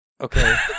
Okay